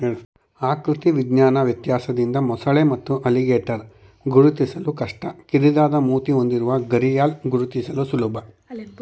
ಆಕೃತಿ ವಿಜ್ಞಾನ ವ್ಯತ್ಯಾಸದಿಂದ ಮೊಸಳೆ ಮತ್ತು ಅಲಿಗೇಟರ್ ಗುರುತಿಸಲು ಕಷ್ಟ ಕಿರಿದಾದ ಮೂತಿ ಹೊಂದಿರುವ ಘರಿಯಾಲ್ ಗುರುತಿಸಲು ಸುಲಭ